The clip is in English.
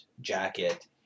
jacket